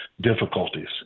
difficulties